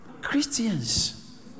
Christians